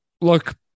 Look